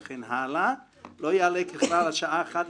לא יעלה ככלל על שעה אחת,